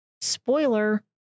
spoiler